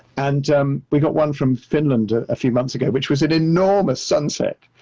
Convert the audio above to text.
and um we got one from finland a few months ago, which was an enormous sunset,